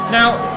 Now